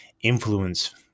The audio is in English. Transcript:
influence